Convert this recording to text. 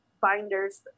binders